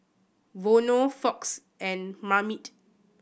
Vono Fox and Marmite